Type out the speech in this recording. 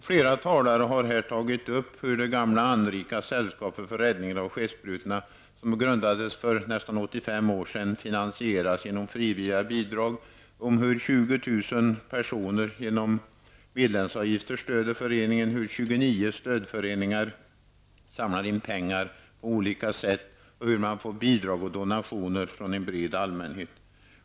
Flera talare har nämnt hur det gamla anrika sällskapet för räddning av skeppsbrutna, som grundades för nästan 85 år sedan, finansieras genom frivilliga bidrag och om hur 20 000 personer stöder föreningen genom medlemsavgifter, hur 29 stödföreningar på olika sätt samlar in pengar och hur man får bidrag och donationer från en bred allmänhet.